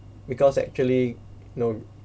because actually know